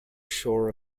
shore